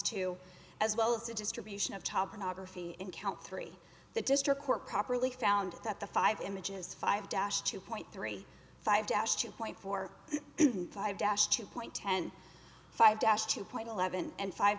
two as well as the distribution of top an opera fee in count three the district court properly found that the five images five dash two point three five dash two point four and five dash two point ten five dash two point eleven and five